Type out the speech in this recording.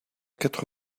quatre